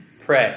Pray